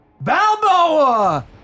Balboa